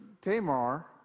Tamar